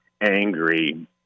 angry